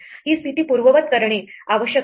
ही स्थिती पूर्ववत करणे आवश्यक आहे